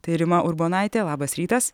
tai rima urbonaitė labas rytas